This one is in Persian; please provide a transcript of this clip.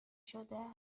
شده